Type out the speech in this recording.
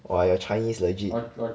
!wah! your chinese legit